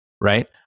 right